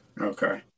Okay